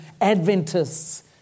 Adventists